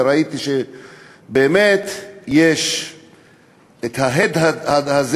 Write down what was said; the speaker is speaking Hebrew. וראיתי שבאמת יש את ההד הזה,